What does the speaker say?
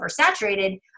oversaturated